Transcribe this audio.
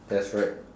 that's right